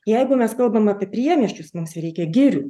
jeigu mes kalbam apie priemiesčius mums reikia girių